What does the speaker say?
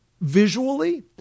visually